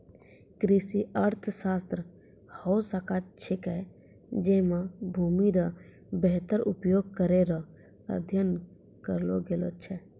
कृषि अर्थशास्त्र हौ शाखा छिकै जैमे भूमि रो वेहतर उपयोग करै रो अध्ययन करलो गेलो छै